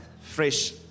fresh